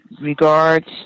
regards